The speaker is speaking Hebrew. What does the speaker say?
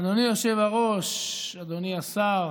אדוני היושב-ראש, אדוני השר,